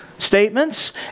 statements